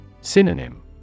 Synonym